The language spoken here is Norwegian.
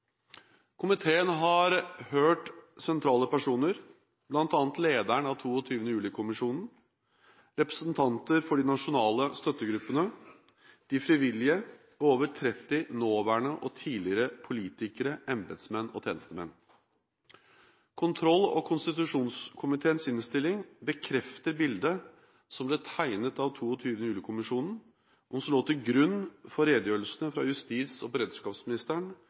Komiteen har hørt sentrale personer, bl.a. lederen av 22. juli-kommisjonen, representanter for de nasjonale støttegruppene, de frivillige og over 30 nåværende og tidligere politikere, embetsmenn og tjenestemenn. Kontroll- og konstitusjonskomiteens innstilling bekrefter bildet som ble tegnet av 22. juli-kommisjonen, og som lå til grunn for redegjørelsene fra justis- og beredskapsministeren